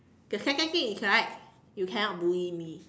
the second thing is right you cannot bully me